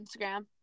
Instagram